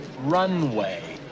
runway